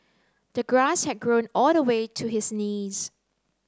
the grass had grown all the way to his knees